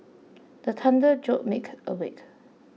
the thunder jolt make awake